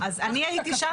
אני הייתי בבג"ץ,